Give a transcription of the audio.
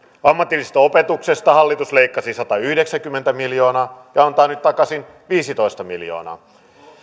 ammatillisesta opetuksesta hallitus leikkasi satayhdeksänkymmentä miljoonaa ja antaa nyt takaisin viisitoista miljoonaa